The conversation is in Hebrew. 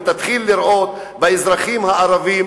ותתחיל לראות באזרחים הערבים